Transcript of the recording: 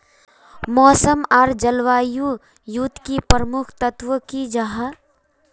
मौसम आर जलवायु युत की प्रमुख तत्व की जाहा?